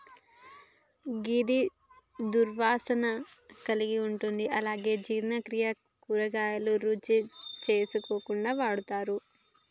గిది దుర్వాసన కలిగి ఉంటుంది అలాగే జీర్ణక్రియకు, కూరగాయలుగా, రుచిని పెంచడానికి వాడతరు